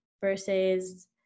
versus